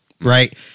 right